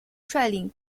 率领